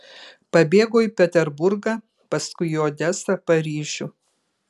pabėgo į peterburgą paskui į odesą paryžių